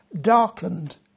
darkened